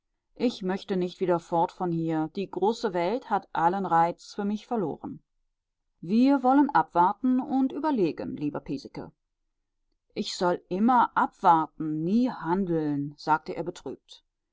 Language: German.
ich möchte nicht wieder fort von hier die große welt hat allen reiz für mich verloren wir wollen abwarten und überlegen lieber piesecke ich soll immer abwarten nie handeln sagte er betrübt